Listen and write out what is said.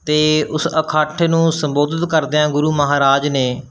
ਅਤੇ ਉਸ ਇਕੱਠ ਨੂੰ ਸੰਬੋਧਿਤ ਕਰਦਿਆਂ ਗੁਰੂ ਮਹਾਰਾਜ ਨੇ